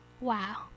Wow